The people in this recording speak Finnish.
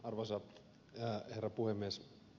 arvoisa herra puhemies